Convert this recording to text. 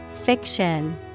Fiction